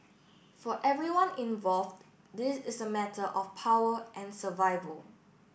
for everyone involved this is a matter of power and survival